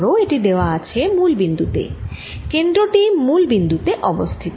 ধরো এটি দেওয়া আছে মূল বিন্দু তে কেন্দ্র টি মূল বিন্দু তে অবস্থিত